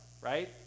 right